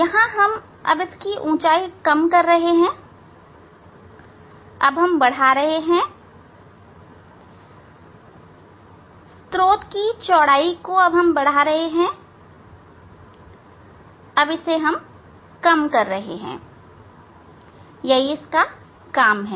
यहां हम इसकी ऊंचाई कम कर रहे हैं हम बढ़ा रहे हैं हम स्त्रोत की चौड़ाई बढ़ा रहे हैं हम स्रोत की चौड़ाई घटा रहे हैं यही इसका काम है